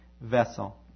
vessel